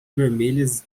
vermelhas